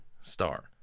star